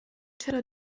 چرا